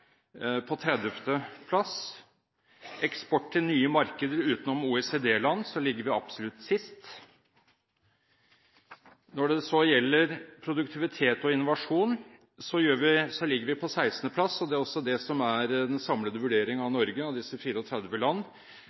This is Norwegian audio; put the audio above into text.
på 30. plass. Når det gjelder eksport til nye markeder utenom OECD-land, ligger vi absolutt sist. Når det gjelder produktivitet og innovasjon, ligger vi på 16. plass, det er også det som er den samlede vurderingen av Norge blant disse 34 land. Det som er interessant, er at vi gjør det dårligst av